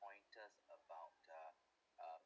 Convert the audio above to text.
pointers about uh uh